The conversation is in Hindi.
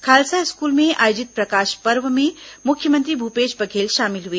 खालसा स्कूल में आयोजित प्रकाश पर्व में मुख्यमंत्री भूपेश बघेल शामिल हुए